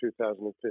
2015